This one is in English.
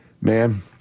Man